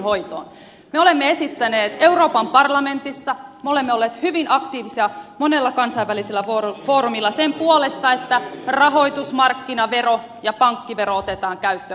me olemme esittäneet euroopan parlamentissa me olemme olleet hyvin aktiivisia monella kansainvälisellä foorumilla sen puolesta että rahoitusmarkkinavero ja pankkivero otetaan käyttöön